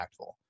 impactful